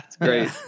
Great